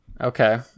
okay